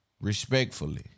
Respectfully